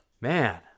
Man